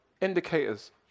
indicators